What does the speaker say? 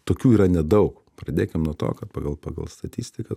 tokių yra nedaug pradėkim nuo to kad pagal pagal statistiką